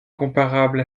comparable